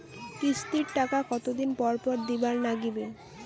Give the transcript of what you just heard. কিস্তির টাকা কতোদিন পর পর দিবার নাগিবে?